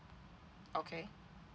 okay